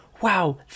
Wow